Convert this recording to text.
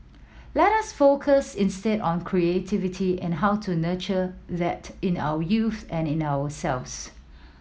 let us focus instead on creativity and how to nurture that in our youth and in ourselves